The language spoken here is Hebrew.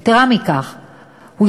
יתרה מכך,